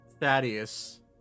Thaddeus